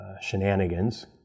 shenanigans